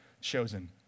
chosen